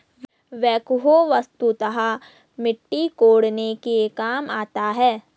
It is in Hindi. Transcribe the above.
बेक्हो वस्तुतः मिट्टी कोड़ने के काम आता है